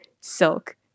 silk